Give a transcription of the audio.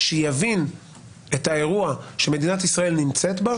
אתם מעדיפים שקט?